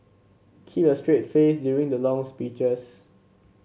keep a straight face during the long speeches